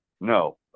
no